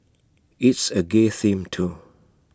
it's A gay theme too